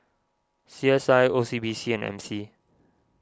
C S I O C B C and M C